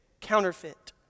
counterfeit